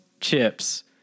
chips